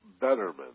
betterment